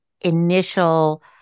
initial